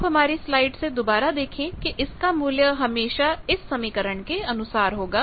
आप हमारी स्लाइड से दोबारा देखें कि इसका मूल्य हमेशा इस समीकरण के अनुसार होगा